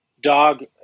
Dog